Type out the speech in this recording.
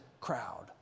crowd